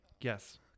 Yes